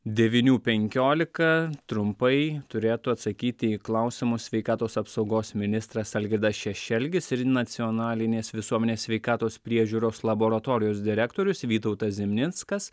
devynių penkiolika trumpai turėtų atsakyti į klausimus sveikatos apsaugos ministras algirdas šešelgis ir nacionalinės visuomenės sveikatos priežiūros laboratorijos direktorius vytautas zimnickas